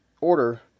order